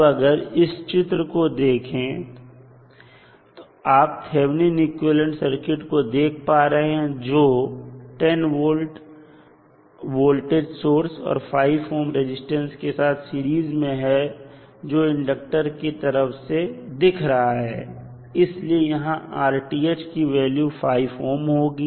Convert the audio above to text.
अब अगर आप इस चित्र को देखें आप थेवनिन इक्विवेलेंट को देख पा रहे हैं जो 10 V वोल्टेज सोर्स और 5 ohm रेजिस्टेंस के साथ सीरीज में है जो इंडक्टर के तरफ से दिख रहा है इसलिए यहां की वॉल्यू 5 ohm होगी